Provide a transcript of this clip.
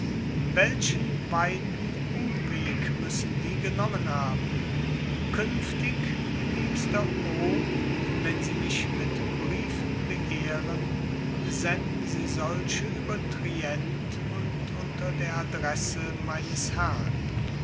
welchen weiten umweg müssen die genommen haben künftig liebster o wenn sie mich mit briefen beehren senden sie solche über trient und unter der adresse meines herrn